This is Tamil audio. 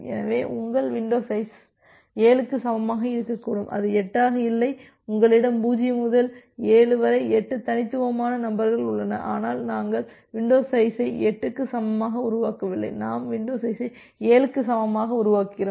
எனவே உங்கள் வின்டோ சைஸ் 7க்கு சமமாக இருக்கக்கூடும் அது 8ஆக இல்லை உங்களிடம் 0 முதல் 7 வரை 8 தனித்துவமான சீக்வென்ஸ் நம்பர்கள் உள்ளன ஆனால் நாங்கள் வின்டோ சைஸை 8க்கு சமமாக உருவாக்கவில்லை நாம் வின்டோ சைஸை 7க்கு சமமாக உருவாக்குகிறோம்